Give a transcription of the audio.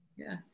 Yes